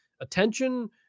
attention